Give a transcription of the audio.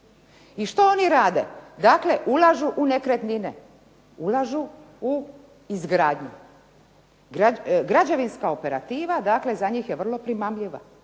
I što oni rade? Ulažu u nekretnine, ulažu u izgradnju. Građevinska operativa za njih je vrlo primamljiva.